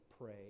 pray